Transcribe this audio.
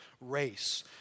race